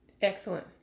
Excellent